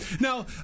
Now